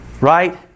Right